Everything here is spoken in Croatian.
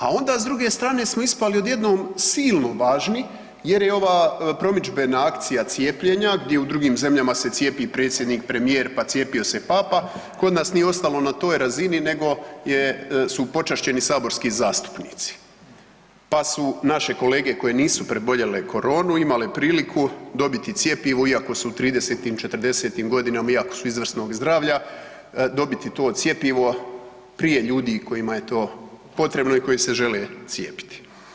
A onda s druge strane smo ispali odjednom silno važni jer je ova promidžbena akcija cijepljenja gdje u drugim zemljama se cijepi predsjednik, premijer, pa cijepio se i papa, kod nas nije ostalo na toj razini nego su počašćeni saborski zastupnici, pa su naše kolege koji nisu preboljele koronu imale priliku dobiti cjepivo iako su u 30-tim, 40-tim godinama iako su izvrsnog zdravlja dobiti to cjepivo prije ljudi kojima je to potrebno i koji se žele cijepiti.